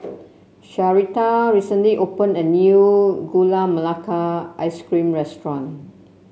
Sharita recently opened a new Gula Melaka Ice Cream restaurant